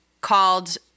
called